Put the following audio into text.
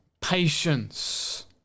patience